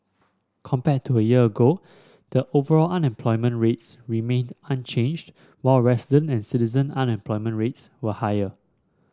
compared to a year ago the overall unemployment rates remained unchanged while resident and citizen unemployment rates were higher